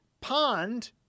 pond